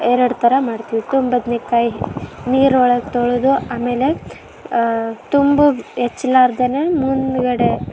ಎರಡು ಥರ ಮಾಡ್ತೀವಿ ತುಂಬೋ ಬದ್ನೆಕಾಯ್ ನೀರೊಳಗೆ ತೊಳೆದು ಆಮೇಲೆ ತುಂಬಿ ಹೆಚ್ಲಾರ್ದೆನೆ ಮುಂದುಗಡೆ